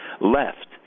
left